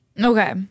Okay